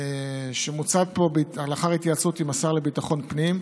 שמוצעת פה לאחר התייעצות עם השר לביטחון פנים,